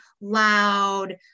loud